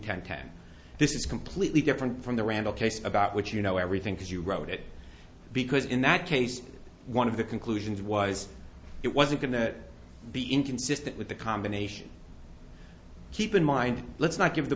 is completely different from the randall case about which you know everything because you wrote it because in that case one of the conclusions was it wasn't going to be inconsistent with the combination keep in mind let's not give the